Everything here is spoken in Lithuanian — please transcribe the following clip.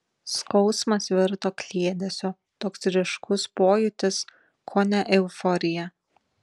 skausmas virto kliedesiu toks ryškus pojūtis kone euforija